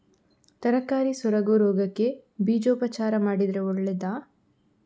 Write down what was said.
ತರಕಾರಿ ಸೊರಗು ರೋಗಕ್ಕೆ ಬೀಜೋಪಚಾರ ಮಾಡಿದ್ರೆ ಒಳ್ಳೆದಾ?